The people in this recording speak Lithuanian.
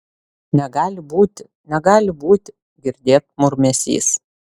negali būti negali būti girdėt murmesys